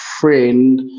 friend